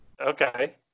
Okay